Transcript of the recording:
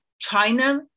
China